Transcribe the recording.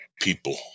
people